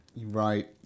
Right